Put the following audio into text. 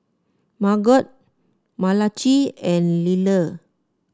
Margot Malachi and Liller